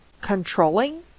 controlling